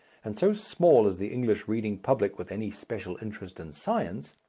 and so small is the english reading public with any special interest in science,